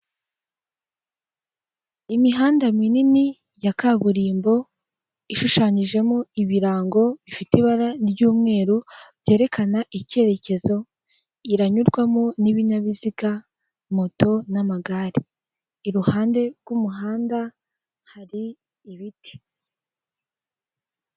Imihanda minini ya kaburimbo ishushanyijemo ibirango bifite ibara ry'umweru byerekana icyerekezo, iranyurwamo n'ibinyabiziga moto n'amagare, iruhande rw'umuhanda hari ibiti.